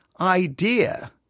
idea